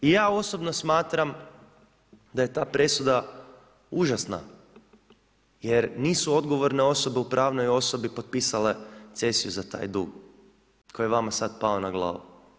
I ja osobno smatram da je ta presuda užasna jer nisu odgovorne osobe u pravnoj osobi potpisale cesiju za taj dug koji je sad vama pao na glavu.